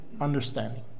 Understanding